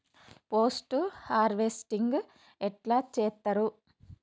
Post harvesting ఎట్ల చేత్తరు?